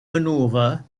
maneuver